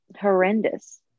horrendous